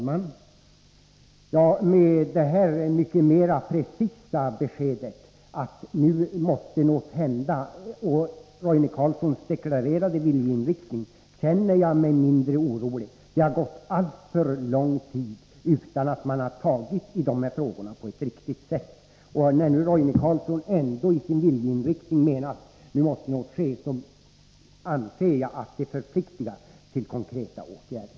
Herr talman! Med det här mycket mera precisa beskedet, att det är Roine Carlssons deklarerade viljeinriktning att någonting nu måste hända, känner jag mig mindre orolig. Det har gått alltför lång tid utan att man på ett riktigt sätt tagit tag i de här frågorna. När Roine Carlsson nu säger att någonting nu måste ske anser jag att det förpliktar till konkreta åtgärder.